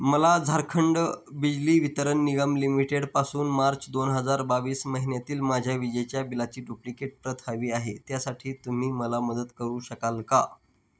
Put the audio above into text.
मला झारखंड बिजली वितरण निगम लिमिटेडपासून मार्च दोन हजार बावीस महिन्यातील माझ्या विजेच्या बिलाची डुप्लिकेट प्रत हवी आहे त्यासाठी तुम्ही मला मदत करू शकाल का